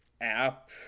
app